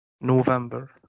November